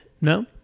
No